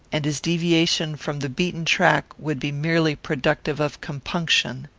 and his deviation from the beaten track would be merely productive of compunction.